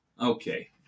Okay